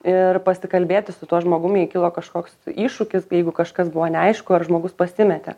ir pasikalbėti su tuo žmogum jei kilo kažkoks iššūkis jeigu kažkas buvo neaišku ar žmogus pasimetė